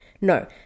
No